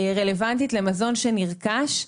שרלוונטית למזון שנרכש.